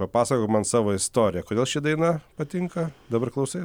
papasakok man savo istoriją kodėl ši daina patinka dabar klausai